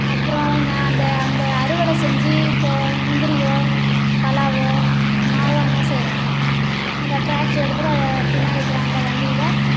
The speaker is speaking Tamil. அப்புறம் நான் அந்த அந்த அறுவடை செஞ்சு இப்போ முந்திரியோ பலாவோ மாவோ என்ன செய்றோம் அந்த டிராக்டரை எடுத்துகிட்டு அதை பின்னாடி இருக்கிற அந்த வண்டியில்